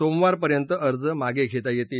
सोमवारपर्यंत अर्ज मागे घेता येतील